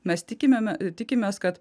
mes tikime tikimės kad